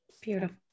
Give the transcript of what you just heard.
beautiful